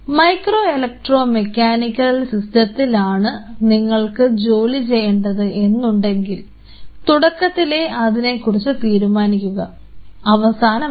micro electromechanical സിസ്റ്റത്തിലാണ് നിങ്ങൾക്ക് ജോലി ചെയ്യേണ്ടത് എന്നുണ്ടെങ്കിൽ തുടക്കത്തിലെ അതിനെക്കുറിച്ച് തീരുമാനിക്കുക അവസാനമല്ല